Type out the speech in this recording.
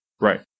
Right